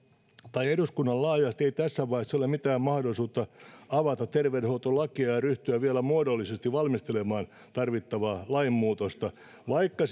tai eduskunnalla laajasti ei tässä vaiheessa ole mitään mahdollisuutta avata terveydenhuoltolakia ja ryhtyä vielä muodollisesti valmistelemaan tarvittavaa lainmuutosta vaikka